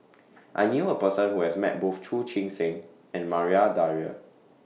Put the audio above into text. I knew A Person Who has Met Both Chu Chee Seng and Maria Dyer